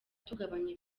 tugabanya